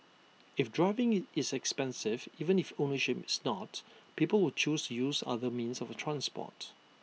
if driving is expensive even if ownership is not people will choose use other means of transport